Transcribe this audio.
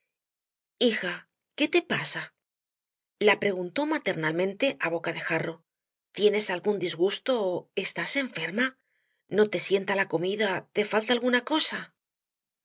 hija qué te pasa la preguntó maternalmente á boca de jarro tienes algún disgusto estás enferma no te sienta la comida te falta alguna cosa